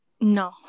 No